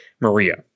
Maria